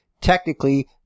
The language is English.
Technically